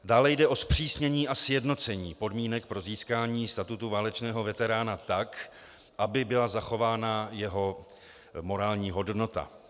Dále jde o zpřísnění a sjednocení podmínek pro získání statutu válečného veterána tak, aby byla zachována jeho morální hodnota.